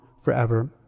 forever